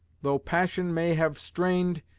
though passion may have strained,